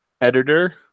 editor